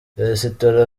resitora